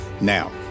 Now